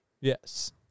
Yes